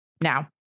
Now